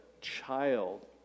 child